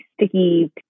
sticky